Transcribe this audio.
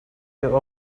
your